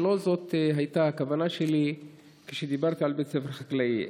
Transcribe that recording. ולא זאת הייתה כוונתי כשדיברתי על בית ספר חקלאי.